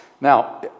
Now